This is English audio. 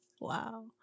Wow